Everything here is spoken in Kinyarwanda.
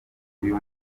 uyu